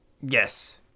Yes